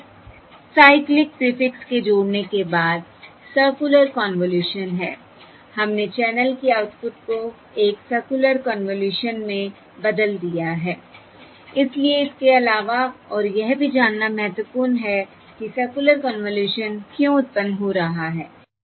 यह cyclic prefix के जोड़ने के बाद सर्कुलर कन्वॉल्यूशन है हमने चैनल की आउटपुट को एक सर्कुलर कन्वॉल्यूशन में बदल दिया है इसलिए इसके अलावा और यह भी जानना महत्वपूर्ण है कि सर्कुलर कन्वॉल्यूशन क्यों उत्पन्न हो रहा है